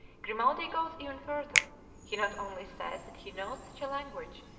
grimaldi goes even further he not only says that he knows such a language,